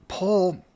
Paul